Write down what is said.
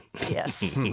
Yes